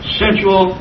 sensual